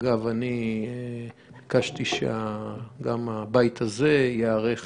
אגב, ביקשתי שגם הבית הזה ייערך